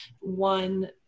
One